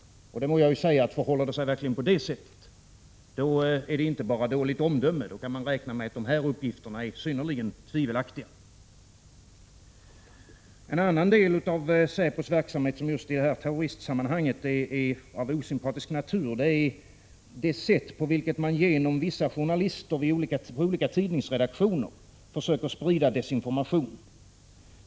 Det må jag säga, att förhåller det sig på det sättet är det inte bara dåligt omdöme, utan då kan man räkna med att dessa uppgifter är synnerligen tvivelaktiga. En annan del av säpos verksamhet som just i terroristsammanhang är av osympatisk natur är det sätt på vilket man genom vissa journalister vid olika tidningsredaktioner försöker sprida desinformation.